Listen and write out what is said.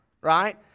right